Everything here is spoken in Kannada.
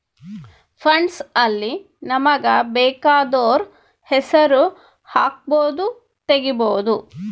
ಫಂಡ್ಸ್ ಅಲ್ಲಿ ನಮಗ ಬೆಕಾದೊರ್ ಹೆಸರು ಹಕ್ಬೊದು ತೆಗಿಬೊದು